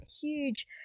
huge